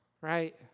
right